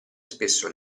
spesso